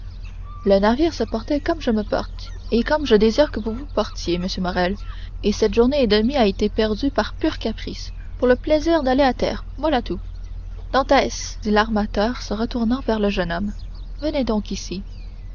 le navire se portait comme je me porte et comme je désire que vous vous portiez monsieur morrel et cette journée et demie a été perdue par pur caprice pour le plaisir d'aller à terre voilà tout dantès dit l'armateur se retournant vers le jeune homme venez donc ici